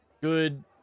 good